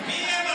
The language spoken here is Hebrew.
מי איים,